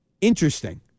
Interesting